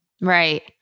Right